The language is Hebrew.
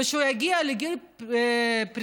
וכשהוא יגיע לגיל פרישה,